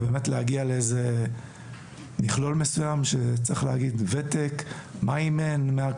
וצריך להגיע למכלול מסוים שכולל ותק ואת הענף שאותו הוא אימן.